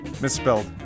Misspelled